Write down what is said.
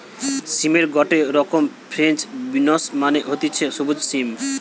সিমের গটে রকম ফ্রেঞ্চ বিনস মানে হতিছে সবুজ সিম